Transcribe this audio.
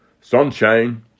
sunshine